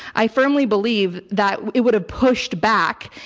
i firmly believe that it would have pushed back,